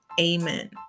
amen